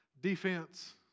Defense